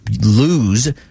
lose